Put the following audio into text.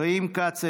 חיים כץ,